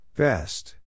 Best